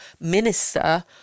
minister